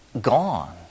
gone